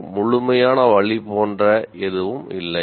ஒரு முழுமையான வழி போன்ற எதுவும் இல்லை